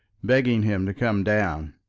begging him to come down.